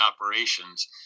operations